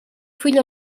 fill